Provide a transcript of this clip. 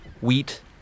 wheat